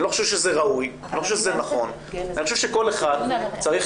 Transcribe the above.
אני לא חושב שזה ראוי ואני לא חושב שזה נכון.